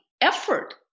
effort